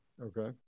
okay